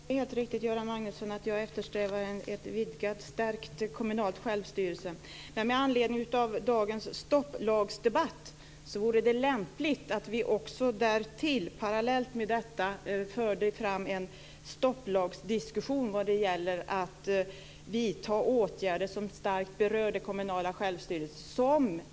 Fru talman! Det är helt riktigt att jag eftersträvar en vidgad och stärkt kommunal självstyrelse. Det vore lämpligt att vi, med anledning av dagens stopplagsdebatt, parallellt förde en diskussion om åtgärder som starkt berör den kommunala självstyrelsen.